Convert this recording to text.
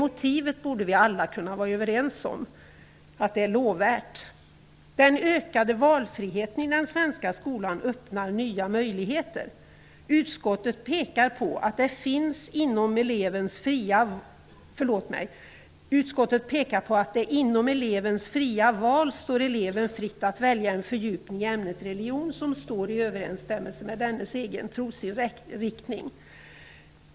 Vi borde alla kunna vara överens om att det motivet är lovvärt. Den ökade valfriheten i den svenska skolan öppnar nya möjligheter. Utskottet pekar på ''att det inom elevens fria val står eleven fritt att välja en fördjupning i ämnet religion som står i överensstämmelse med dennes egen trosinriktning''.